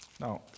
Now